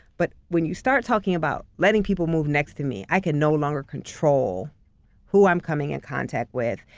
but when you start talking about letting people move next to me, i can no longer control who i'm coming in contact with.